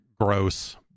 Gross